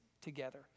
together